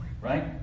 right